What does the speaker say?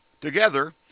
Together